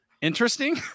interesting